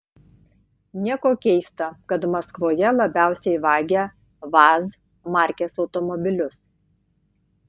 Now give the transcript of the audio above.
nieko keista kad maskvoje labiausiai vagia vaz markės automobilius